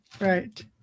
Right